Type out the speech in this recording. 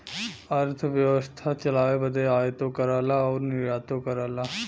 अरथबेवसथा चलाए बदे आयातो करला अउर निर्यातो करला